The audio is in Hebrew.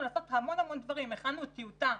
לעשות המון המון דברים הכנו טיוטה,